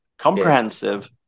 comprehensive